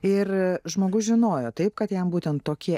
ir žmogus žinojo taip kad jam būtent tokie